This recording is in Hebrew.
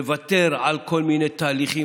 לוותר על כל מיני תהליכים.